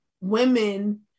women